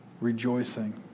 rejoicing